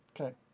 okay